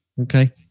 Okay